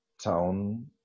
town